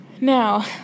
Now